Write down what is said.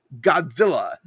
Godzilla